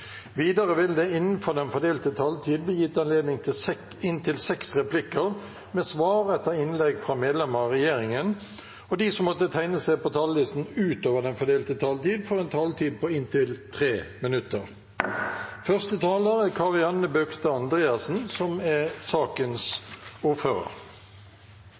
Videre vil det – innenfor den fordelte taletid – bli gitt anledning til inntil seks replikker med svar etter innlegg fra medlemmer av regjeringen, og de som måtte tegne seg på talerlisten utover den fordelte taletid, får også en taletid på inntil 3 minutter.